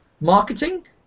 marketing